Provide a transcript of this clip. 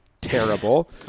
terrible